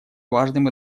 важным